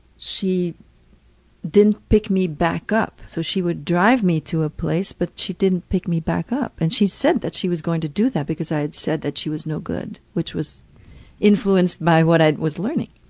didn't pick me back up. so she would drive me to a place but she didn't pick me back up. and she said that she was going to do that because i had said that she was no good. which was influenced by what i was learning.